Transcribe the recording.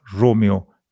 Romeo